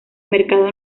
mercado